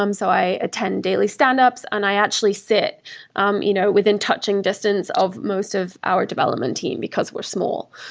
um so i attend daily standups and i actually sit um you know within touching distance of most of our development team, because we're small.